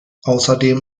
außerdem